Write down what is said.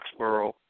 Foxborough